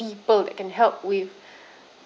people that can help with